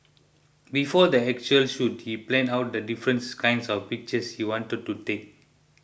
before the actual shoot he planned out the difference kinds of pictures he wanted to take